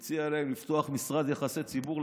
אני מציע להם לפתוח משרד יחסי ציבור.